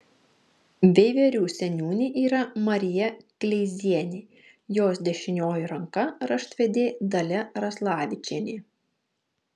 veiverių seniūnė yra marija kleizienė jos dešinioji ranka raštvedė dalia raslavičienė